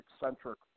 eccentric